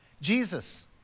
Jesus